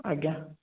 ଆଜ୍ଞା